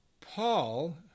Paul